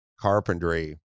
carpentry